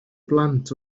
blant